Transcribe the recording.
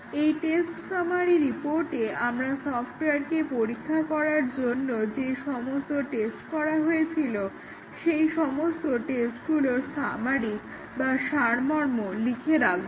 এই test summary রিপোর্টে আমরা সফটওয়্যারকে পরীক্ষা করার জন্য যে সমস্ত টেস্ট করা হয়েছিল সেই সমস্ত টেস্টগুলোর সামারি বা সারমর্ম লিখে রাখবো